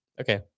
okay